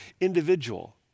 individual